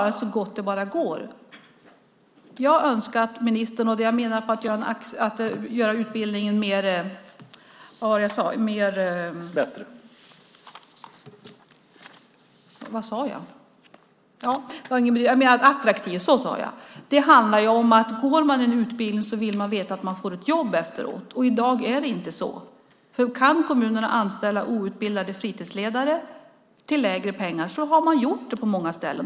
Att göra utbildningen mer attraktiv handlar om att går man en utbildning vill man veta att man får ett jobb efteråt. I dag är det inte så. Kan kommunerna anställa outbildade fritidsledare till lägre kostnader gör man det på många ställen.